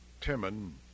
Timon